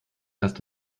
erst